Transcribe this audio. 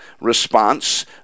response